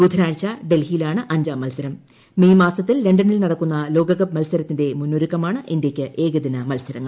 ബുധനാഴ്ച ഡൽഹിയിലാണ് അഞ്ചാം മത്സരം മെയ്മാസത്തിൽ ല നിൽ നടക്കുന്ന ലോകകപ്പ് മത്സരത്തിന്റെ മുന്നൊരുക്കമാണ് ഇന്ത്യക്ക് ഏകദിന മത്സരങ്ങൾ